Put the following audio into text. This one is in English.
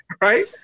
right